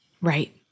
Right